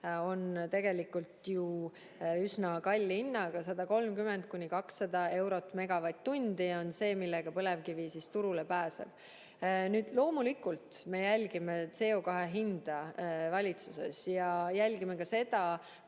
on tegelikult ju üsna kalli hinnaga: 130–200 eurot megavatt-tundi on hind, millega põlevkivi turule pääseb. Loomulikult me jälgime CO2hinda valitsuses ja jälgime ka seda,